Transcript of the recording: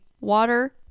water